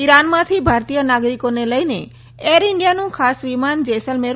ઇરાનમાંથી ભારતીય નાગરિકોને લઇને એર ઇન્ડિયાનું ખાસ વિમાન જેસલમેર